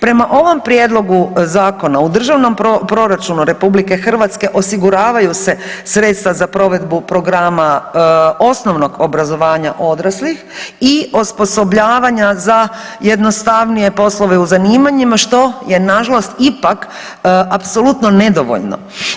Prema ovom Prijedlogu zakona, u državnom proračunu RH osiguravaju se sredstva za provedbu programa osnovnog obrazovanja odraslih i osposobljavanja za jednostavnije poslove u zanimanjima što je nažalost ipak apsolutno nedovoljno.